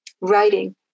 Writing